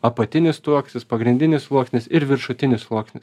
apatinis struoksnis pagrindinis sluoksnis ir viršutinis sluoksnis